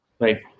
Right